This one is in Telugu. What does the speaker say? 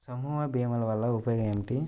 సమూహ భీమాల వలన ఉపయోగం ఏమిటీ?